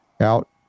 out